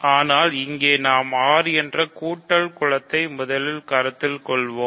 ஆனால் இங்கே நாம் R என்ற கூட்டல் குலத்தை முதலில் கருத்தில் கொள்வோம்